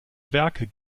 werke